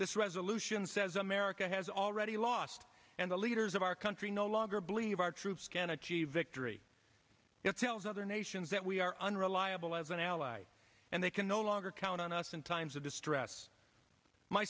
this resolution says america has already lost and the leaders of our country no longer believe our troops can achieve victory it tells other nations that we are unreliable as an ally and they can no longer count on us in times of distress my